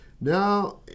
Now